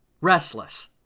restless